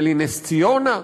נדמה לי נס-ציונה.